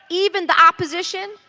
even the opposition,